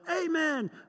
Amen